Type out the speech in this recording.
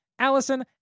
Allison